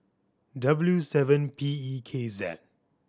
W seven P E K Z